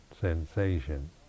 sensation